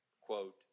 quote